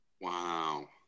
Wow